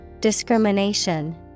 Discrimination